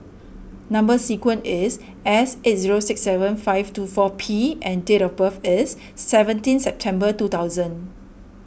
Number Sequence is S eight zero six seven five two four P and date of birth is seventeen September two thousand